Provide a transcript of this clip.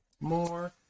more